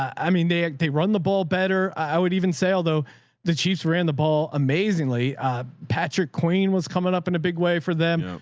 i mean, they they run the ball better. i would even say, although the chief's ran the ball, amazingly patrick queen was coming up in a big way for them.